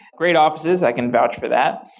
great offices. i can vouch for that.